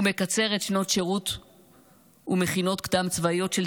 ומקצרת שנות שירות ומכינות קדם-צבאיות של